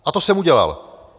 A to jsem udělal.